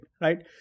right